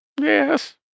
Yes